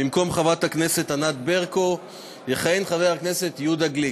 במקום חברת הכנסת ענת ברקו יכהן חבר הכנסת יהודה גליק.